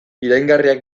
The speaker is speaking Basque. iraingarriak